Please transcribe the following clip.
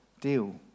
deal